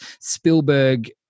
Spielberg